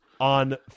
on